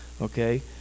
okay